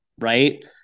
right